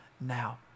Now